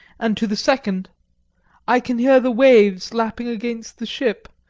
and to the second i can hear the waves lapping against the ship,